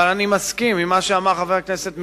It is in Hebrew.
אבל אני מסכים עם מה שאמר חבר הכנסת מיכאלי: